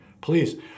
Please